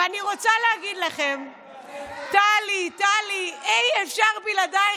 ואני רוצה להגיד לכם טלי, טלי, אי-אפשר בלעדיך.